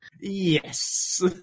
Yes